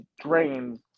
drains